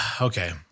Okay